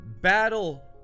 battle